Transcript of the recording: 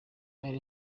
ally